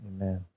amen